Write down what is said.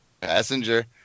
Passenger